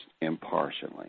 impartially